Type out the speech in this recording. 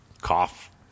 Cough